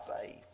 faith